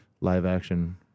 live-action